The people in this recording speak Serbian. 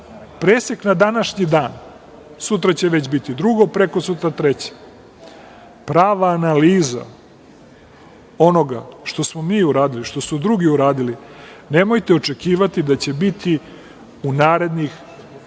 presek na današnji dan. Sutra će već biti drugo, prekosutra treće. Prava analiza onoga što smo mi uradili, što su drugi uradili, nemojte očekivati da će biti u narednih godinu